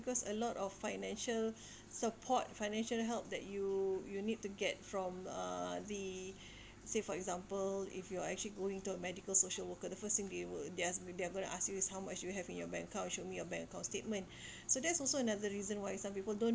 because a lot of financial support financial help that you you need to get from uh the say for example if you are actually going to a medical social worker the first thing they will they're they're going to ask you is how much you have in your bank account show me your bank account statement so that's also another reason why some people don't